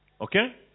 Okay